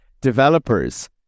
developers